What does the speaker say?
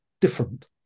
different